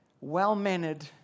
well-mannered